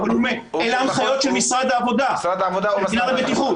אלה ההנחיות של משרד העבודה, מינהל הבטיחות.